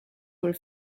were